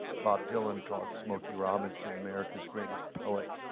bob dylan called smokey robinson america's greatest poet.